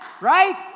Right